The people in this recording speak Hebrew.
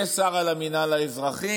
יהיה שר על המינהל האזרחי,